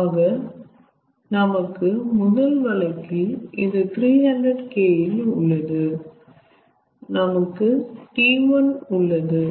ஆக நமக்கு முதல் வழக்கில் இது 300K இல் உள்ளது நமக்கு T1 உள்ளது